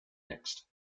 mixed